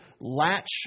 latch